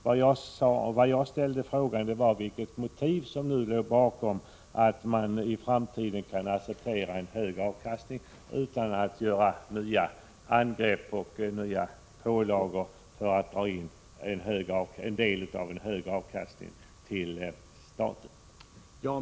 Men min fråga gällde vilket motiv som låg bakom att man i framtiden kan acceptera en högre avkastning utan att göra nya angrepp och komma med nya pålagor för att dra in en del av en högre avkastning till staten.